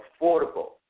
affordable